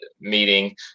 meeting